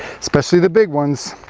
especially the big ones,